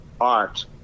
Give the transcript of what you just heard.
art